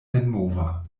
senmova